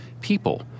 people